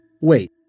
Wait